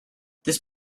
this